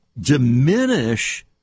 diminish